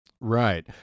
Right